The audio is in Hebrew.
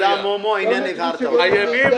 תודה, מומו, הבהרת את העניין.